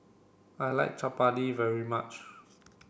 I like Chappati very much